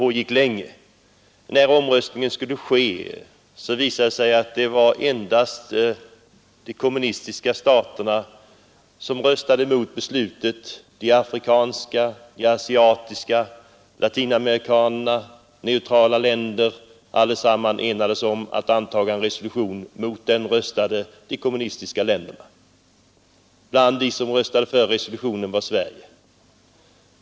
Vid omröstningen visade det sig att de kommunistiska länderna stod ensamma. Alla andra, inklusive flertalet av de afrikanska staterna, de asiatiska, de latinamerikanska och neutrala länder, enades om att anta en resolution. Mot den röstade de kommunistiska länderna. Bland dem som röstade för resolutionen var Sverige.